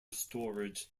storage